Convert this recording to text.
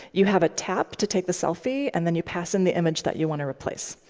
you have a tap to take the selfie and then you pass in the image that you want to replace.